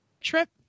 trip